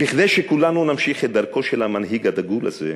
כדי שכולנו נמשיך את דרכו של המנהיג הדגול הזה,